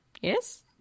Yes